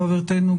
חברתנו,